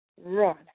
run